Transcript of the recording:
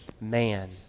man